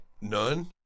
None